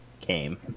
Came